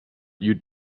you